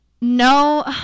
No